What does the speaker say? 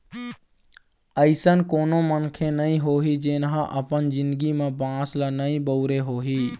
अइसन कोनो मनखे नइ होही जेन ह अपन जिनगी म बांस ल नइ बउरे होही